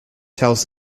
tells